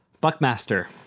Buckmaster